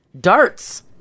Darts